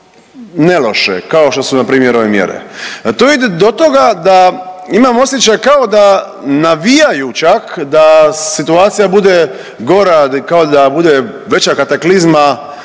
neloše kao što su npr. ove mjere. To ide do toga da imam osjećaj kao da navijaju čak da situacija bude gora, kao da bude veća kataklizma,